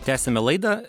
tęsiame laidą